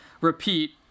repeat